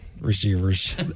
receivers